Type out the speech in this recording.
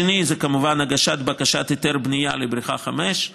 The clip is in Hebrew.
התנאי השני זה כמובן הגשת בקשת היתר בנייה לבריכה 5,